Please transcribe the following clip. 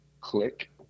Click